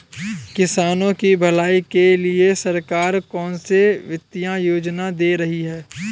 किसानों की भलाई के लिए सरकार कौनसी वित्तीय योजना दे रही है?